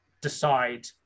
decide